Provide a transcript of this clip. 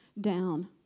down